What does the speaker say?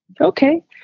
okay